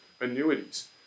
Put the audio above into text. annuities